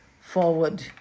forward